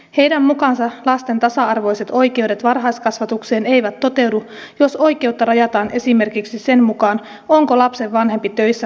heidän mukaansa lasten tasa arvoiset oikeudet varhaiskasvatukseen eivät toteudu jos oikeutta rajataan esimerkiksi sen mukaan onko lapsen vanhempi töissä vai työtön